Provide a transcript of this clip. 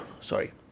Sorry